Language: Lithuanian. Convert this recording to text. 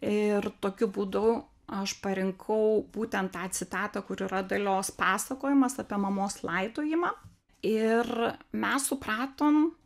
ir tokiu būdu aš parinkau būtent tą citatą kur yra dalios pasakojimas apie mamos laidojimą ir mes supratom